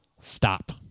Stop